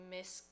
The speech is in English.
Miss